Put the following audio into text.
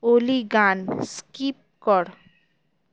অলি গান স্কিপ কর